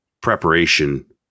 preparation